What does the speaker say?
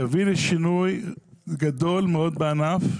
תביא לשינוי גדול מאוד בענף,